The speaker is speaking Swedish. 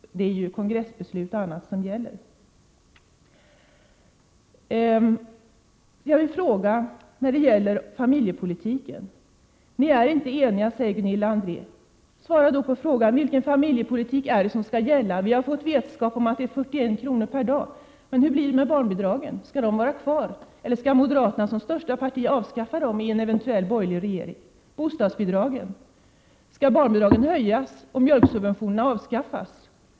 Det är kongressbeslut m.m. som gäller. Jag vill ställa en fråga om familjepolitiken, där de borgerliga inte är eniga, som Gunilla André säger. Vilken familjepolitik skall gälla? Vi har fått vetskap om att det är 41 kr. per dag. Men hur blir det med barnbidragen? Skall de vara kvar, eller skall moderaterna som största parti avskaffa dem i en eventuell borgerlig regering? Hur blir det med bostadsbidragen? Skall barnbidragen höjas och mjölksubventionerna avskaffas?